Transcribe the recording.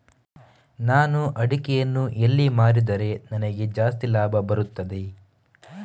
ನಾನು ಅಡಿಕೆಯನ್ನು ಎಲ್ಲಿ ಮಾರಿದರೆ ನನಗೆ ಜಾಸ್ತಿ ಲಾಭ ಬರುತ್ತದೆ?